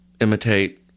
imitate